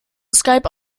skype